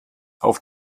auf